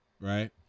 right